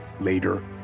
Later